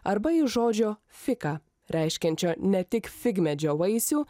arba iš žodžio fika reiškiančio ne tik figmedžio vaisių